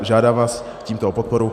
Žádám vás tímto o podporu.